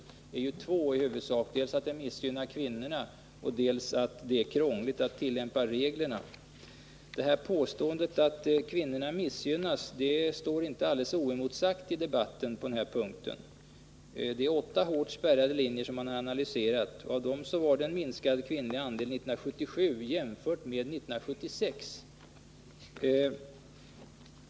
Det första är att möjligheterna att tillgodoräkna sig föreningsmeriter missgynnar kvinnorna, och det andra är att det är krångligt att tillämpa reglerna. Påståendet att kvinnorna missgynnas står inte alldeles oemotsagt i debatten. Åtta hårt spärrade linjer har analyserats. På fem av dessa hade 1977 den kvinnliga andelen minskat i jämförelse med 1976.